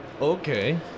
okay